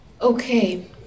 Okay